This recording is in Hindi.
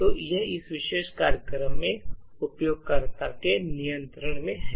तो यह इस विशेष कार्यक्रम के उपयोगकर्ता के नियंत्रण में है